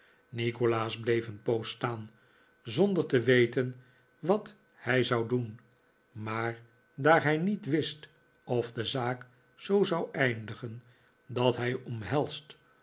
nikolaas bleef een poos staan zonder te weten wat hij zou doen maar daar hij niet wist of de zaak zoo zou eindigen dat hij omhelsd